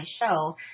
show